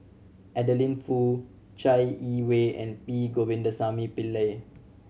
Adeline Foo Chai Yee Wei and P Govindasamy Pillai